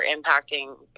impacting